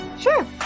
sure